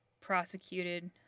prosecuted